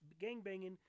gangbanging